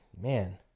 man